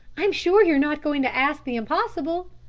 i'm sure you're not going to ask the impossible.